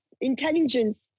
intelligence